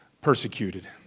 persecuted